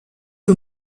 you